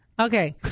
Okay